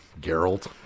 Geralt